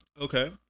Okay